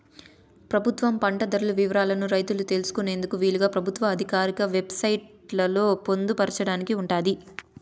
ప్రభుత్వం పంట ధరల వివరాలను రైతులు తెలుసుకునేందుకు వీలుగా ప్రభుత్వ ఆధికారిక వెబ్ సైట్ లలో పొందుపరచబడి ఉంటాది